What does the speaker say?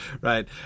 right